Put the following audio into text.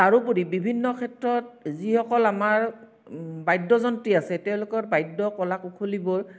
তাৰোপৰি বিভিন্ন ক্ষেত্ৰত যিসকল আমাৰ বাদ্যযন্ত্ৰী আছে তেওঁলোকৰ বাদ্য কলা কুশলীবোৰ